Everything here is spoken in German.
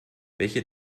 welche